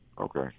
Okay